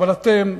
אבל אתם,